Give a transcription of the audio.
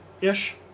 ish